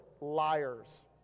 liars